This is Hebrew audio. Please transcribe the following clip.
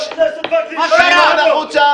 שמעון, החוצה.